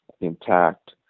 intact